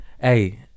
Hey